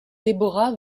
deborah